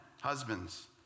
husbands